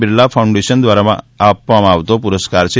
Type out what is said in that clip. Birla Foundation દ્વારા આપવામાં આવતો પુરસ્કાર છે